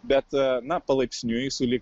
bet na palaipsniui sulig